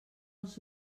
els